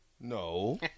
No